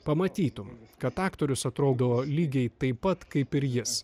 pamatytum kad aktorius atrodo lygiai taip pat kaip ir jis